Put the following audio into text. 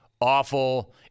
awful